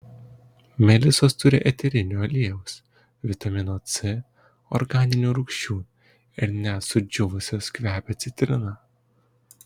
melisos turi eterinio aliejaus vitamino c organinių rūgščių ir net sudžiūvusios kvepia citrina